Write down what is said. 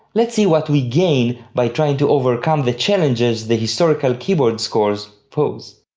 let's see what we gain by trying to overcome the challenges the historical keyboard scores pose.